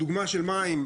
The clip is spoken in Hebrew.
הדוגמא של המים,